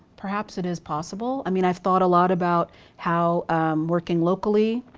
perhaps it is possible. i mean i've thought a lot about how working locally